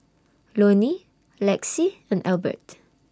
Lonny Lexie and Elbert